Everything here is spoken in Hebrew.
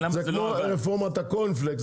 זה כמו "רפורמת הקורנפלקס",